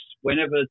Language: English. whenever